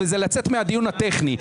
וזה לצאת מהדיון הטכני.